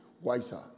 wiser